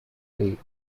league